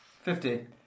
Fifty